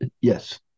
Yes